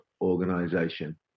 Organization